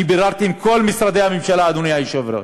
אני ביררתי עם כל משרדי הממשלה, אדוני היושב-ראש.